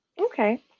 Okay